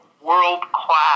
world-class